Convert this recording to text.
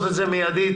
מידית